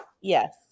Yes